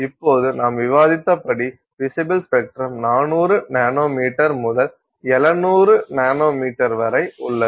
இப்போது நாம் விவாதித்தபடி விசிபில் ஸ்பெக்ட்ரம் 400 நானோமீட்டர் முதல் 700 நானோமீட்டர் வரை உள்ளது